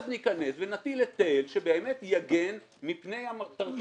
אז ניכנס ונטיל היטל שבאמת יגן מפני התרחיש